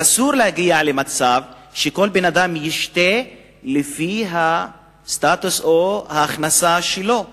אסור להגיע למצב שכל בן-אדם ישתה לפי הסטטוס או ההכנסה שלו.